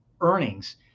earnings